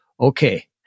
okay